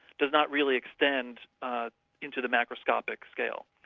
does not really expand ah into the macroscopic scale.